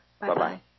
Bye-bye